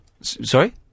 Sorry